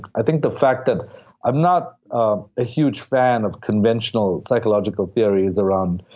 i think the fact that i'm not a huge fan of conventional psychological theories around,